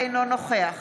אינו נוכח